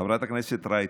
חברת הכנסת רייטן,